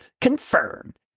confirmed